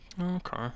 Okay